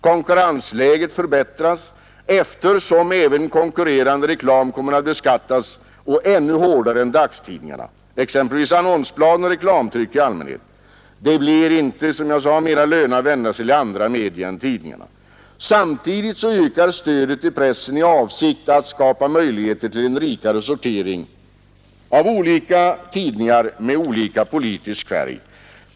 Konkurrensläget förbättras, eftersom även konkurrerande reklam — annonsblad och reklamtryck i allmänhet — kommer att beskattas, dessutom ännu hårdare än dagstidningarna. Det blir, som jag sagt, inte mera lönande att vända sig till andra media än tidningarna. Nr 85 Samtidigt ökar man stödet till pressen i avsikt att skapa möjligheter Onsdagen den till en rikare sortering av tidningar med olika politisk färg.